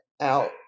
out